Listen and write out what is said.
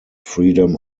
freedom